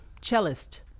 cellist